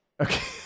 Okay